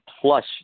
plus